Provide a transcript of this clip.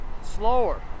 slower